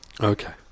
Okay